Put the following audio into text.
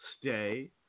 stay